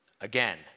Again